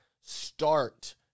start